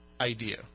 idea